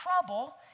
trouble